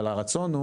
אבל הרצון הוא